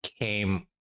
came